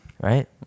right